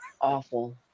awful